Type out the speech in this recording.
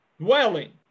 dwelling